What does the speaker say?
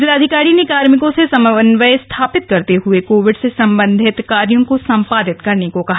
जिलाधिकारी ने कार्मिकों से समन्वय स्थापित करते हुए कोविड से संबंधित कार्यों को संपादन करने को कहा है